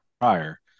prior